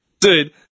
Dude